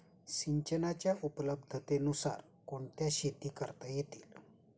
सिंचनाच्या उपलब्धतेनुसार कोणत्या शेती करता येतील?